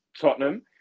Tottenham